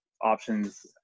options